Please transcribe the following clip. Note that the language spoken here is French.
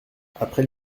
après